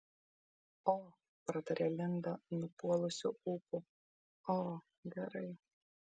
o pratarė linda nupuolusiu ūpu o gerai